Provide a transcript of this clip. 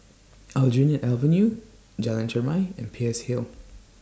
Aljunied Avenue Jalan Chermai and Peirce Hill